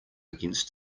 against